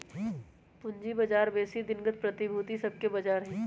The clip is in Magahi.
पूजी बजार बेशी दिनगत प्रतिभूति सभके बजार हइ